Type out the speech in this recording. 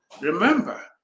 Remember